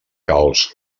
calç